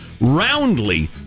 roundly